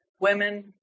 women